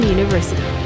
University